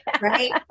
Right